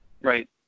Right